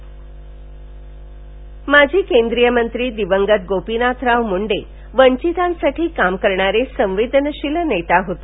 मुंडे स्मृती दिन माजी केंद्रीय मंत्री दिवंगत गोपीनाथराव मुंडे वंचितांसाठी काम करणारे संवेदनशील नेता होते